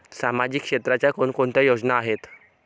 सामाजिक क्षेत्राच्या कोणकोणत्या योजना आहेत?